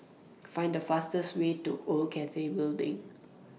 Find The fastest Way to Old Cathay Building